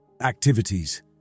activities